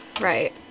right